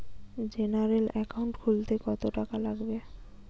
General account খুলতে কত টাকা লাগবে?